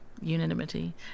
unanimity